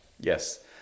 Yes